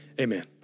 Amen